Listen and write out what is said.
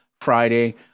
Friday